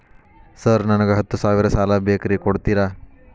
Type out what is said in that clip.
Sir ನನಗ ಹತ್ತು ಸಾವಿರ ಸಾಲ ಬೇಕ್ರಿ ಕೊಡುತ್ತೇರಾ?